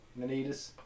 Manitas